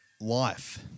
life